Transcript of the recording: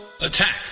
Attack